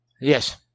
Yes